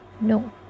No